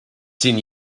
seen